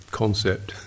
concept